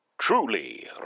Truly